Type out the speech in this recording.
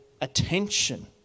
attention